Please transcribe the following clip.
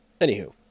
Anywho